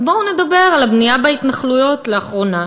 אז בואו נדבר על הבנייה בהתנחלויות לאחרונה,